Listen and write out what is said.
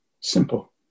Simple